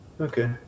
Okay